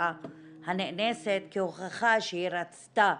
שלבשה הנאנסת כהוכחה שהיא רצתה